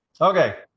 okay